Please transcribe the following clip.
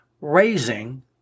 raising